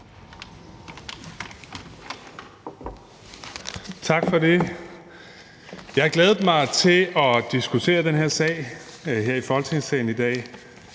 Tak for det. Jeg har glædet mig til at diskutere den her sag i Folketingssalen i dag.